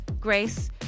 Grace